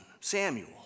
Samuel